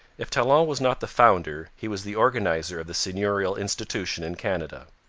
if talon was not the founder he was the organizer of the seigneurial institution in canada.